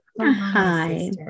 Hi